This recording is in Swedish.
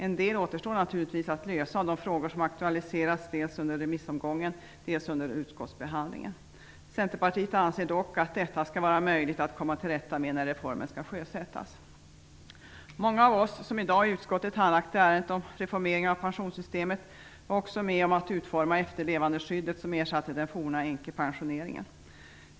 En del återstår naturligtvis att lösa av de frågor som aktualiserats dels under remissomgången, dels under utskottsbehandlingen. Centerpartiet anser dock att detta skall vara möjligt att komma till rätta med när reformen skall sjösättas. Många av oss som i dag i utskottet har handlagt ärendet om reformeringen av pensionssystemet var också med om att utforma efterlevandeskyddet som ersatte den forna änkepensioneringen.